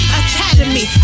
academy